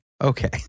Okay